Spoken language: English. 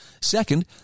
Second